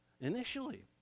initially